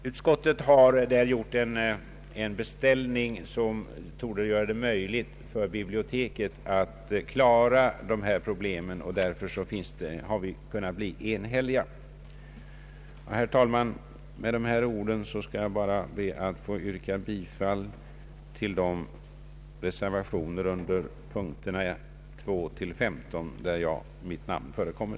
Utskottet har under denna punkt gjort en beställning som torde göra det möjligt för biblioteket att klara dessa problem, och därför har vi kunnat ena oss inom utskottet beträffande denna fråga. Herr talman! Med dessa ord ber jag att få yrka bifall till de reservationer under punkten 2 där mitt namn förekommer.